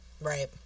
Right